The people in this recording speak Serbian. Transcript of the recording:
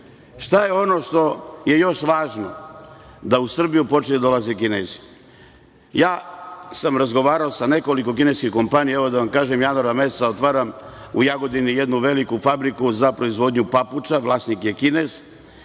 je ono što je još važno? Da u Srbiju počinju da dolaze Kinezi. Ja sam razgovarao sa nekoliko kineskih kompanija. Evo, da vam kažem, januara meseca otvaram u Jagodini jednu veliku fabriku za proizvodnju papuča, a vlasnik je Kinez.